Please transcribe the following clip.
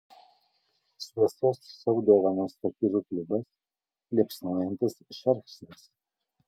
šviesos šou dovanos fakyrų klubas liepsnojantis šerkšnas